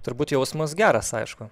turbūt jausmas geras aišku